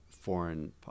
foreign